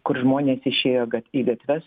kur žmonės išėjo į gatves